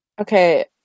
Okay